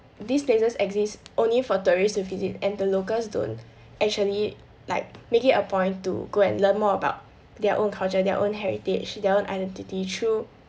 these places exist only for tourists to visit and the locals don't actually like make it a point to go and learn more about their own culture their own heritage their own identity through